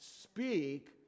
speak